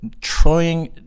trying